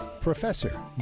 professor